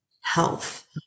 health